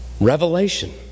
Revelation